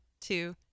two